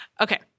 Okay